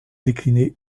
décliné